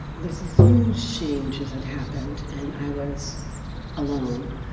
these huge changes had happened, and i was alone.